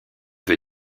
veut